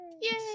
yay